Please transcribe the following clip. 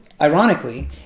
Ironically